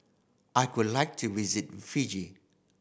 I would like to visit Fiji